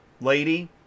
lady